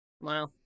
Wow